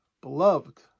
Beloved